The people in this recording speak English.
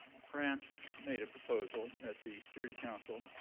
france made a proposal at the security council